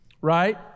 right